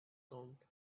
count